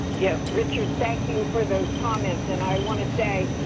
yes, richard, thank you for those comments. and i want to say,